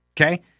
Okay